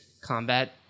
combat